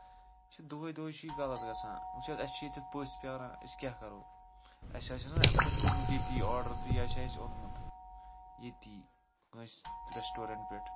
چھُ دوہوے دوہوے چھُ یہِ غلط گژھان وٕچھ حظ اَسہِ چھِ ییٚتیتھ پٔژھۍ پیاران أسۍ کیاہ کرو اَسہِ آسہِ ہا نہ اَمہِ کھۄتہٕ کوٚرمُت تٔتہِ آڈر تہٕ یہِ آسہِ ہا اَسہِ اوٚنمُت ییٚتی کٲنسہِ ریسٹورَنٹ پٮ۪ٹھ